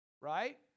Right